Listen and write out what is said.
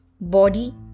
body